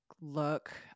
look